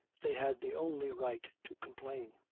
they had the only right to complain.